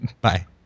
Bye